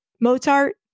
Mozart